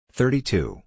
thirty-two